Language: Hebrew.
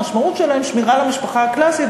המשמעות שלהם שמירה על המשפחה הקלאסית,